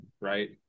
right